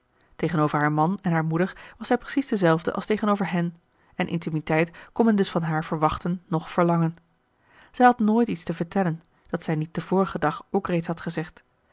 tegenover haar man en haar moeder was zij precies dezelfde als tegenover hen en intimiteit kon men dus van haar verwachten noch verlangen zij had nooit iets te vertellen dat zij niet den vorigen dag ook reeds had gezegd